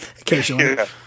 occasionally